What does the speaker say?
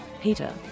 Peter